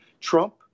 Trump